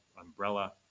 umbrella